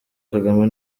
kagame